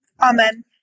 Amen